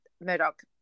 Murdoch